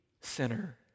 sinner